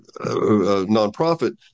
nonprofit